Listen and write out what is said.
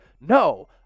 no